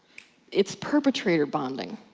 it's perpetrator bonding.